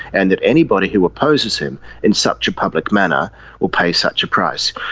and that anybody who opposes him in such a public manner will pay such a price.